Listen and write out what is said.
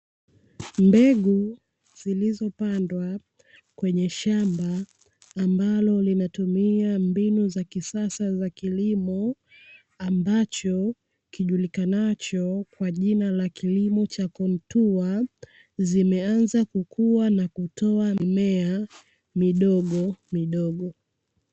Mbegu zilizopandwa kwenye shamba ambalo linatumia mbinu za kisasa za kilimo, ambacho kijulikanacho kwa jina la kilimo cha kontua, zimeanza kukua na kutoa mimea midogomidogo.